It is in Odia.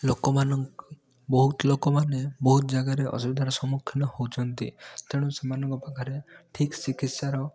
ଲୋକମାନଙ୍କ ବହୁତ ଲୋକମାନେ ବହୁତ ଜାଗାରେ ଅସୁବିଧାର ସମ୍ମୁଖୀନ ହେଉଛନ୍ତି ତେଣୁ ସେମାନଙ୍କ ପାଖରେ ଠିକ ଚିକିତ୍ସାର